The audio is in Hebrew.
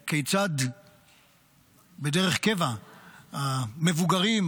כיצד בדרך קבע המבוגרים,